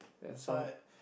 but